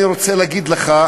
אני רוצה להגיד לך,